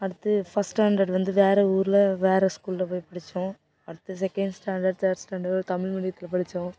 அடுத்து first standard வந்து வேற ஊரில் வேற ஸ்கூலில் போய் படித்தோம் அடுத்து செகண்ட் ஸ்டாண்டர்ட் தேர்ட் ஸ்டாண்டர்ட் ஒரு தமிழ் மீடியத்தில் படித்தோம்